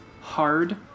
hard